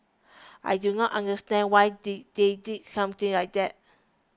I do not understand why did they did something like that